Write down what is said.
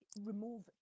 remove